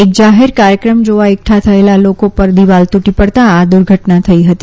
એક જાહેર કાર્યક્રમ જાવા એકઠા થયેલા લોકો પર દીવાલ તુટી પડતાં આ દુર્ધટના થઈ હતી